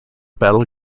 battle